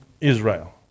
Israel